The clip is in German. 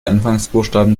anfangsbuchstaben